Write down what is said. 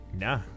Nah